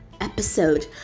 episode